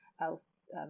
else